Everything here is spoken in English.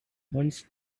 once